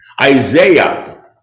Isaiah